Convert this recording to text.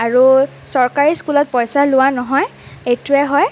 আৰু চৰকাৰী স্কুলত পইচা লোৱা নহয় এইটোৱেই হয়